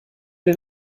den